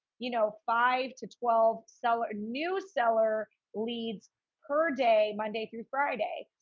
you know, five to twelve seller, new seller leads per day, monday through friday.